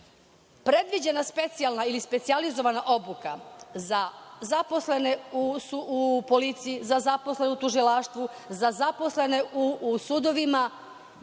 rad. Predviđena specijalna ili specijalizovana obuka za zaposlene u policiji, tužilaštvu, za zaposlene u sudovima,